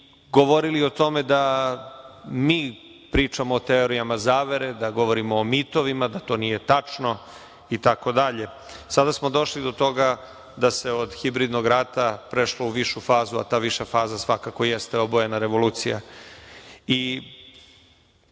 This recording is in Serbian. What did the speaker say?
govorili o tome da mi pričamo o teorijama zavere, da govorimo o mitovima, da to nije tačno, itd. Sada smo došli do toga da se od hibridnog rata prešlo u višu fazu, a ta viša faza svakako jeste obojena revolucija. Obraćamo